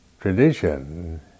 tradition